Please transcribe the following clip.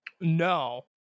No